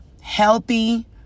healthy